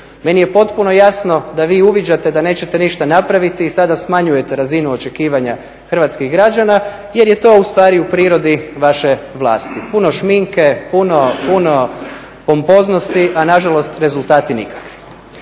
Meni je potpuno jasno da vi uviđate da nećete ništa napraviti i sada smanjujete razinu očekivanja hrvatskih građana jer je to ustvari u prirodi vaše vlasti. Puno šminke, puno pompoznosti, a nažalost rezultati nikakvi.